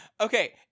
Okay